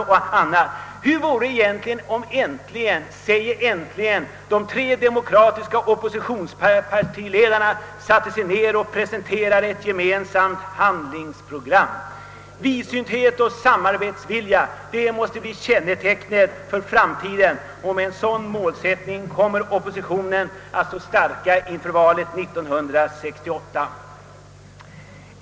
Hur vore det om våra tre demokratiska oppositionsledare äntligen satte sig ned och utarbetade ett gemensamt handlingsprogram? Vidsynthet och samarbetsvilja måste bli kännetecknet för framtiden, och med en sådan målsättning kommer oppositionen att stå stark inför valet 1968.